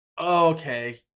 Okay